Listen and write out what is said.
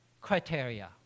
criteria